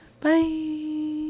Bye